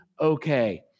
okay